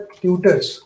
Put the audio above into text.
tutors